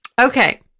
okay